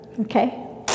okay